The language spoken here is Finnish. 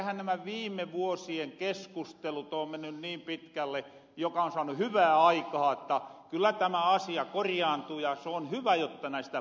eiköhän nämä viime vuosien keskustelut oo menny niin pitkälle joka on saanut hyvää aikahan jotta kyllä tämä asia korijaantuu ja se on hyvä jotta näistä